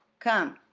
come,